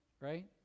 Right